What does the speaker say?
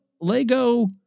Lego